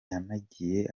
yanagiye